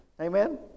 amen